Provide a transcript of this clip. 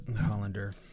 Hollander